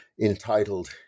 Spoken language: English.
entitled